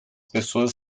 pessoas